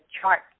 chart